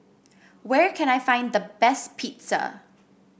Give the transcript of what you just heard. where can I find the best Pizza